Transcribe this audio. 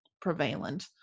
prevalent